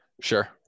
Sure